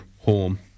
home